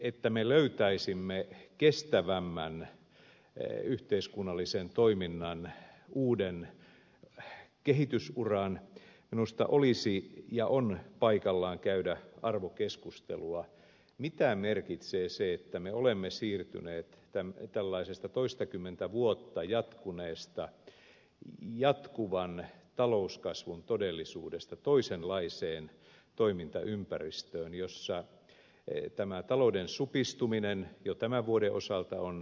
jotta me löytäisimme kestävämmän yhteiskunnallisen toiminnan uuden kehitysuran minusta olisi ja on paikallaan käydä arvokeskustelua mitä merkitsee se että me olemme siirtyneet tällaisesta toistakymmentä vuotta jatkuneesta jatkuvan talouskasvun todellisuudesta toisenlaiseen toimintaympäristöön jossa tämä talouden supistuminen jo tämän vuoden osalta on tosiasia